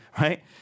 right